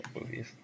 movies